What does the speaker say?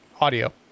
audio